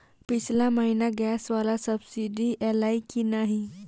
पिछला महीना गैस वला सब्सिडी ऐलई की नहि?